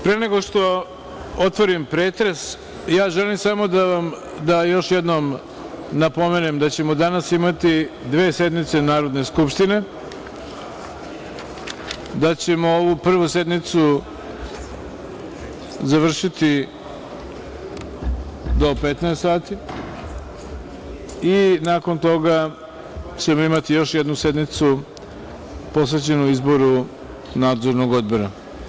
Pre nego što otvorim pretres, želim samo da još jednom napomenem da ćemo danas imati dve sednice Narodne skupštine, da ćemo ovu prvu sednicu završiti do 15.00 časova i nakon toga ćemo imati još jednu sednicu posvećenu izboru Nadzornog odbora.